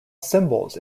symbols